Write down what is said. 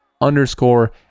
underscore